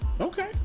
Okay